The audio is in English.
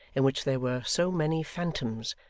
in which there were so many phantoms,